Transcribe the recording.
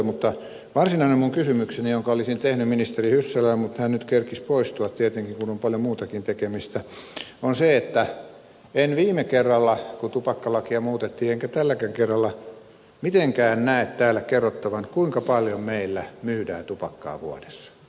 mutta varsinainen minun kysymykseni jonka olisin tehnyt ministeri hyssälälle mutta hän nyt kerkisi poistua tietenkin kun on paljon muutakin tekemistä liittyy siihen että en viime kerralla kun tupakkalakia muutettiin saanut selville enkä tälläkään kerralla mitenkään näe täällä kerrottavan kuinka paljon meillä myydään tupakkaa vuodessa